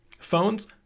Phones